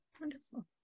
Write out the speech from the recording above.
Wonderful